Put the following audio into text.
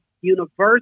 university